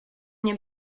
nie